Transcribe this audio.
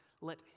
let